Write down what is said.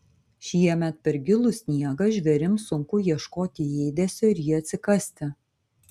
šiemet per gilų sniegą žvėrims sunku ieškoti ėdesio ir jį atsikasti